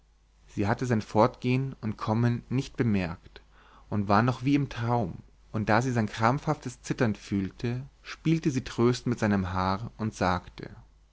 sie hatte sein fortgehen und kommen nicht bemerkt und war noch wie im traum und da sie sein krampfhaftes zittern fühlte spielte sie tröstend mit seinem haar und sagte